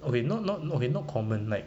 okay not not okay not not common like